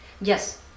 Yes